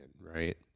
right